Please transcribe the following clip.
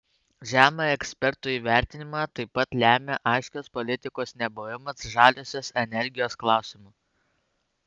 žemą ekspertų įvertinimą taip pat lemią aiškios politikos nebuvimas žaliosios energijos klausimu